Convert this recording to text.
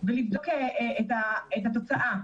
ולבדוק את התוצאה.